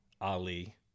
Ali